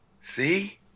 See